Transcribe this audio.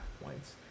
points